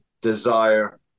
desire